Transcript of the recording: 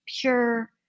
pure